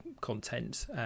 content